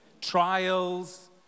trials